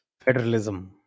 federalism